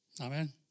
Amen